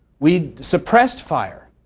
we suppressed fire.